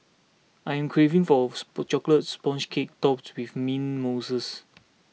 I am craving for a Chocolate Sponge Cake Topped with Mint Mousses